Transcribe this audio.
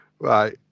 Right